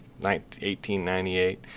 1898